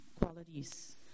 qualities